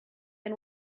and